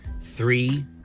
Three